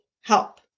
Help